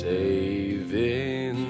Saving